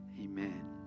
Amen